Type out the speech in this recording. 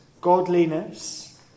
godliness